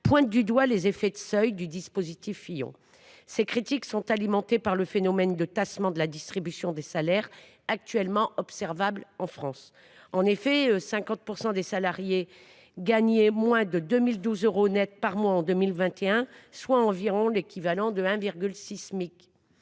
pointé du doigt les effets de seuil du dispositif Fillon. Ces critiques sont alimentées par le phénomène de tassement de la distribution des salaires actuellement observable en France. En effet, 50 % des salariés gagnaient moins de 2012 euros net par mois en 2021, soit environ l’équivalent de 1,6 Smic.